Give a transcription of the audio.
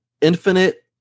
Infinite